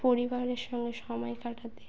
পরিবারের সঙ্গে সময় কাটাতে